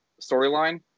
storyline